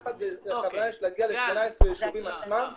הכוונה היא להגיע ל-18 היישובים עצמם